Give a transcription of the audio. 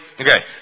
Okay